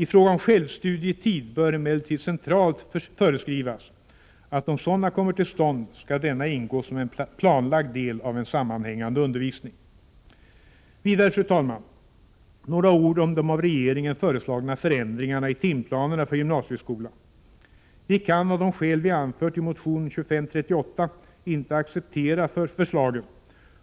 I fråga om självstudietid bör emellertid centralt föreskrivas att om sådan kommer till stånd skall denna ingå som en planlagd del av en sammanhängande undervisning. Vidare, fru talman, några ord om de av regeringen föreslagna förändringarna i timplanerna för gymnasieskolan. Vi kan av de skäl vi anfört i motion 2538 inte acceptera förslagen